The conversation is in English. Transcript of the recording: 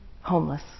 homeless